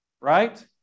right